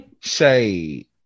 shade